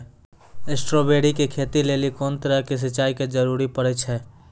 Strawberry के खेती लेली कोंन तरह के सिंचाई के जरूरी पड़े छै?